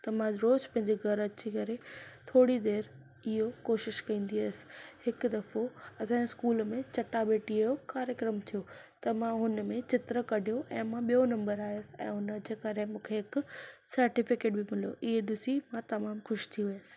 त मां रोज़ पंहिंजे घर अची करे थोरी देर इहो कोशिश कंदी हुअसि हिक दफ़ो असां जे स्कूल में चटाभेटीअ जो कार्यक्रम थियो त मां हुन में चित्र कढियो ऐं मां ॿियो नम्बरु आयसि ऐं हुनजे करे मूंखे हिकु सर्टीफीकेटु बि मिलयो इहे ॾिसी मां तमामु ख़ुशि थी वियसि